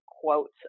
quotes